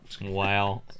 Wow